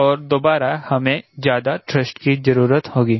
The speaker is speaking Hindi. और दोबारा हमें ज्यादा थ्रस्ट की जरूरत होगी